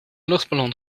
luchtballon